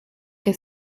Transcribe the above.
que